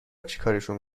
چیکارشون